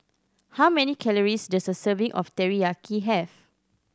how many calories does a serving of Teriyaki have